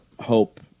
hope